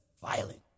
violent